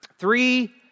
Three